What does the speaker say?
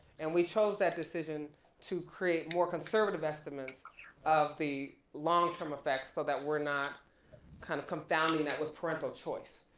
and we chose that decision to create more conservative estimates of the long term effects so that we're not kind of, confounding that with parental choice.